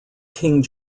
king